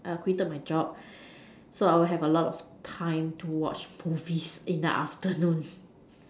err quitted my job so I will have a lot of time to watch movies in the afternoon